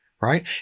Right